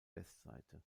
westseite